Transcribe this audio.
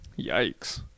Yikes